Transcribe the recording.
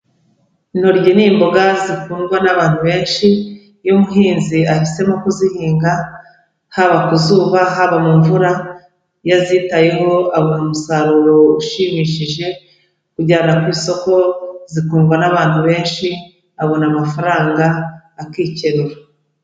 Intoryi ni imboga zikundwa n'abantu benshi, iyo umuhinzi ahisemo kuzihinga haba ku zuba, haba mu mvura, iyo azitayeho abona umusaruro ushimishije wo kujyana ku isoko, zikundwa n'abantu benshi, abona amafaranga akikenera.